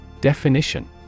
Definition